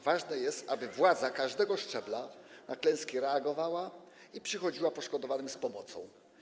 Ważne jest, aby władza każdego szczebla na klęski reagowała i przychodziła poszkodowanym z pomocą.